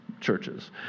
churches